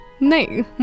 No